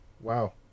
Wow